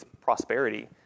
prosperity